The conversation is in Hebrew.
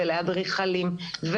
לאדריכלים,